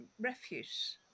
refuse